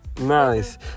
Nice